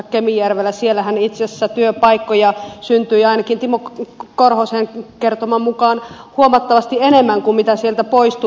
siellähän itse asiassa työpaikkoja syntyi ainakin timo korhosen kertoman mukaan huomattavasti enemmän kuin mitä sieltä poistui